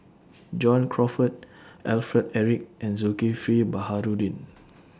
John Crawfurd Alfred Eric and Zulkifli Baharudin